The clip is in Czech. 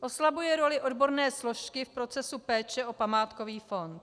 Oslabuje roli odborné složky v procesu péče o památkový fond.